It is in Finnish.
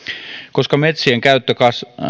koska metsien käyttö kasvaa